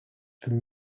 from